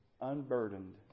unburdened